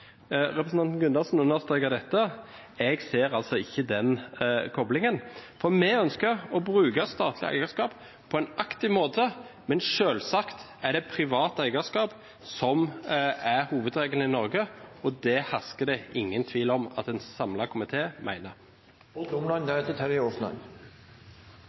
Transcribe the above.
Representanten Gundersen understreket dette. Jeg ser altså ikke den koblingen, for vi ønsker å bruke statlig eierskap på en aktiv måte, men selvsagt er det privat eierskap som er hovedregelen i Norge, og det hersker det ingen tvil om at en